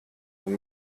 und